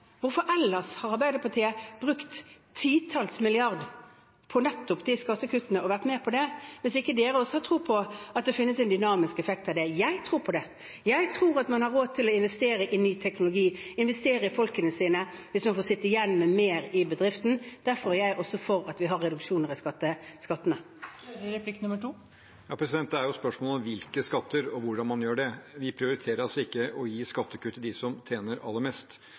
Hvorfor har Arbeiderpartiet ellers brukt titalls milliarder nettopp på de skattekuttene og vært med på det, hvis ikke de også har tro på at det finnes en dynamisk effekt av det? Jeg tror på det. Jeg tror man har råd til å investere i ny teknologi og investere i folkene sine hvis man får sitte igjen med mer i bedriften. Derfor er jeg også for at vi har reduksjoner i skattene. Det er jo spørsmål om hvilke skatter, og hvordan man gjør det. Vi prioriterer ikke å gi skattekutt til dem som tjener aller mest.